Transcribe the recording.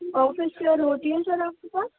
office chair ہوتی ہے sir آپ کے پاس